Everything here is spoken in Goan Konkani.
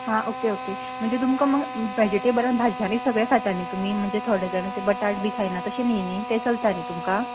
हां ओके ओके म्हणजे तुमकां वेजिटेबलान भाज्यांनी सगळे खाता न्ही तुमी म्हणजे थोडे जाण ते बटाट बी खायनात तशें न्ही न्ही ते चलता न्ही तुमकां